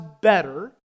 better